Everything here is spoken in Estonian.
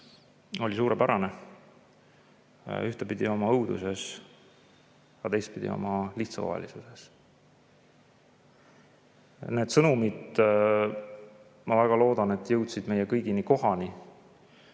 oli suurepärane. Ühtpidi oma õuduses, aga teistpidi oma lihtsakoelisuses. Need sõnumid, ma väga loodan, jõudsid meile kõigile kohale